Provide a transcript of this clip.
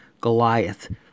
Goliath